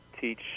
teach